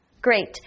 Great